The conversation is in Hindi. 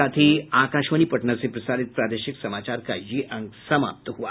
इसके साथ ही आकाशवाणी पटना से प्रसारित प्रादेशिक समाचार का ये अंक समाप्त हुआ